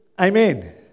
Amen